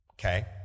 okay